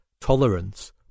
tolerance